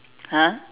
!huh!